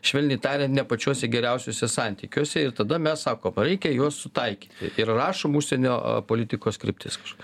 švelniai tariant ne pačiuose geriausiuose santykiuose ir tada mes sakom reikia juos sutaikyti ir rašom užsienio politikos kryptis kažkokia